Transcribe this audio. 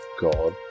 God